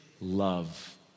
love